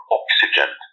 oxygen